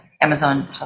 Amazon